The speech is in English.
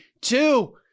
two